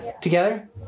Together